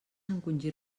encongir